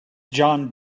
john